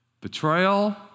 betrayal